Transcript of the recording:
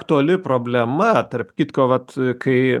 aktuali problema tarp kitko vat kai